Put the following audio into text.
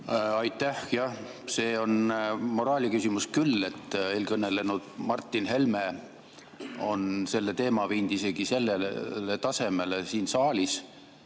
Aitäh! Jah, see on moraaliküsimus küll. Eelkõnelenud Martin Helme on selle teema viinud isegi sellele tasemele siin saalis,